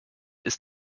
ist